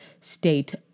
state